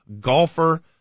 golfer